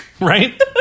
Right